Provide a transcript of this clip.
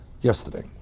yesterday